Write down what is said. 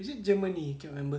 is it germany cannot remember